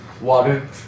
water